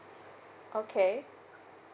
okay